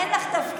אין לך תפקיד.